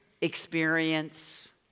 experience